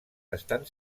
estan